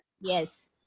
yes